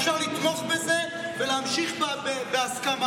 אפשר לתמוך בזה ולהמשיך בהסכמה,